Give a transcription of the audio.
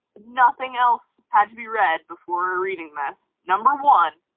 nothing else had to be read before ah reading this. number one,